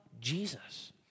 Jesus